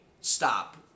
stop